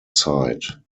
site